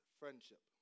friendship